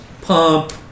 pump